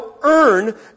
earn